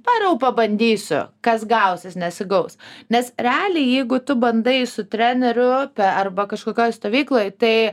varau pabandysiu kas gausis nesigaus nes realiai jeigu tu bandai su treneriu arba kažkokioj stovykloj tai